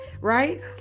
right